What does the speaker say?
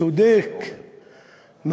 צודק,